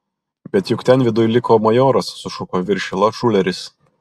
bet juk ten viduj liko majoras sušuko viršila šuleris